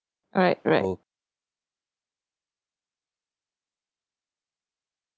right right